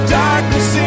darkness